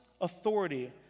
authority